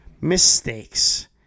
Mistakes